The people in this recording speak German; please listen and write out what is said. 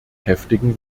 heftigen